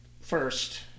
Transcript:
first